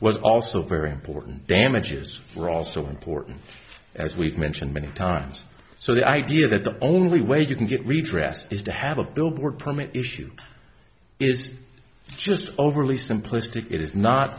was also very important damages were also important as we've mentioned many times so the idea that the only way you can get redress is to have a billboard permit issue is just overly simplistic it is not